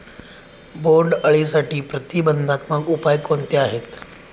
बोंडअळीसाठी प्रतिबंधात्मक उपाय कोणते आहेत?